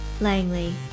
Langley